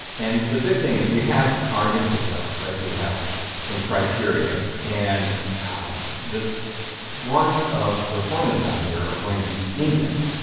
and the big thing is, we have our input sales, right so we have some criteria. and the brunt of the formulas down here are going to be index,